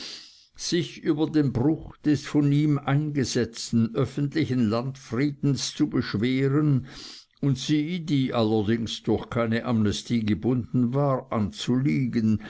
sich über den bruch des von ihm eingesetzten öffentlichen landfriedens zu beschweren und sie die allerdings durch keine amnestie gebunden war anzuliegen